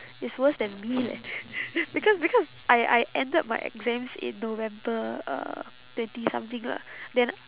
it's worse than me leh because because I I ended my exams in november uh twenty something lah then I